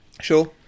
Sure